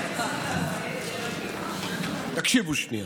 תקשיבו שנייה.